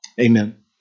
Amen